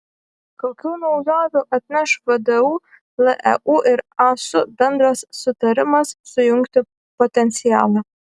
kokių naujovių atneš vdu leu ir asu bendras sutarimas sujungti potencialą